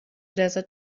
desert